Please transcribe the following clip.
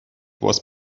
was